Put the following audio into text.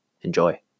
Enjoy